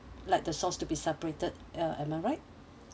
like the sauce to be separated uh am I right